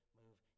move